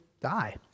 die